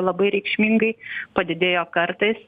labai reikšmingai padidėjo kartais